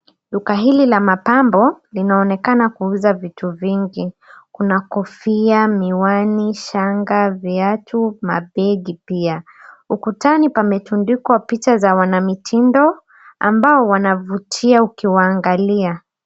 Duka hili la mapambo linaonekana kuuza vitu vingi. Kuna kofia, miwani, shanga, viatu, mapegi pia. Ukutani pametundikwa picha za wanamitindo ambao wanavutia ukiwaangalia.